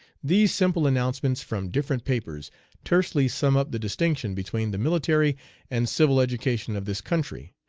these simple announcements from different papers tersely sum up the distinction between the military and civil education of this country.